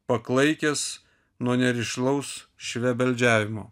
paklaikęs nuo nerišlaus švebeldžiavimo